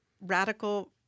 radical